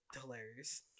hilarious